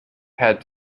had